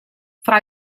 fra